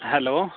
hello